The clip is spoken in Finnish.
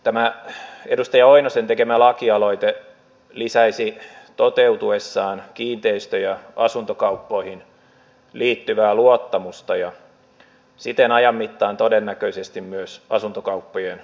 tämä edustaja oinosen tekemä lakialoite lisäisi toteutuessaan kiinteistö ja asuntokauppoihin liittyvää luottamusta ja siten ajan mittaan todennäköisesti myös asuntokauppojen lukumäärää